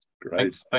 Great